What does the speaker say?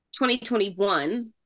2021